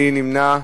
מי נמנע?